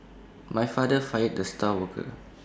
my father fired the star worker